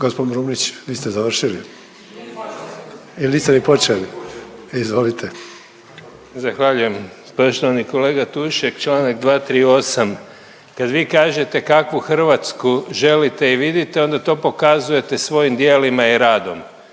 Gospodine Brumnić vi ste završili? Ili niste ni počeli? Izvolite. **Brumnić, Zvane (Nezavisni)** Zahvaljujem. Poštovani kolega Tušek članak 238. Kad vi kažete kakvu Hrvatsku želite i vidite onda to pokazujete svojim djelima i radom.